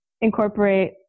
incorporate